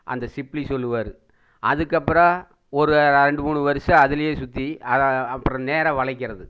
அந்த சிப்பிலி சொல்லுவாரு அதுக்கப்பறம் ஒரு ரெண்டு மூணு வருடம் அதுலேயே சுற்றி அதா அப்புறம் நேராக வளைக்கிறது